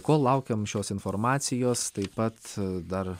kol laukiam šios informacijos taip pat dar